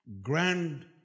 grand